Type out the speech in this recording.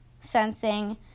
sensing